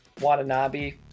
Watanabe